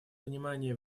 внимание